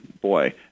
boy